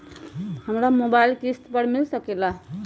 हमरा मोबाइल किस्त पर मिल सकेला?